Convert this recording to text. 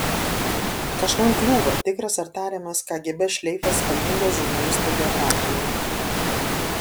kažkam kliūva tikras ar tariamas kgb šleifas spalvingoje žurnalisto biografijoje